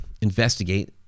investigate